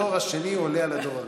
הדור השני עולה על הדור הראשון.